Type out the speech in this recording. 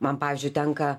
man pavyzdžiui tenka